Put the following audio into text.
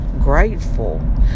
grateful